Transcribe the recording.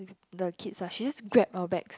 the kids ah she just grab our bags